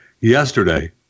Yesterday